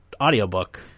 audiobook